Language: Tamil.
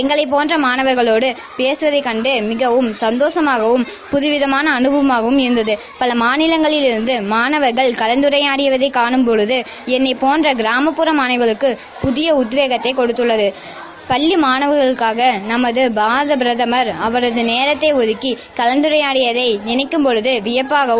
எங்களைப்போன்ற மாணவர்களோடு பிரதமர் பேசியதைக் கண்டு மிகவும் சந்தோசமாகவும் புதுவிதமான அனுபவமாகவும் இருந்தது பல மாநிலங்களிலிருந்து மாணவர்கள் கலந்துரையாடியதைப் காணும்பொழுது என்னைப் போன்ற கிராமட்புற மாணவிகளுக்கு புதிய உத்வேகத்தை கொடுக்கிறது பள்ளி மாணவர்களுக்காக நமது பாரத பிரதமர் அவரது நேத்தை ஒதுக்கி கலந்துரையாடியதை நினைக்கும்போது விபப்பாகவும்